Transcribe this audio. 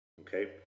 Okay